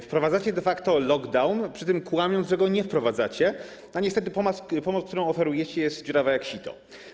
Wprowadzacie de facto lockdown, przy tym kłamiąc, że go nie wprowadzacie, a niestety pomoc, którą oferujecie, jest dziurawa jak sito.